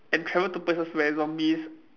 and travel to places where zombies